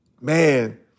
Man